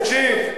תקשיב,